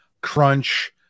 Crunch